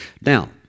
Now